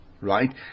right